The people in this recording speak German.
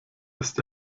ist